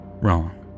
Wrong